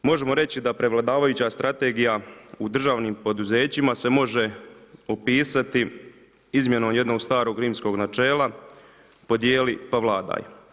Možemo reći da prevladavajuća strategija u državnim poduzećima se može opisati izmjenom jednog starog rimskog načela, podijeli pa vladaj.